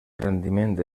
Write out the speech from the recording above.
rendiment